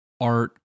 art